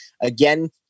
again